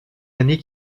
années